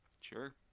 Sure